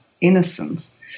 innocence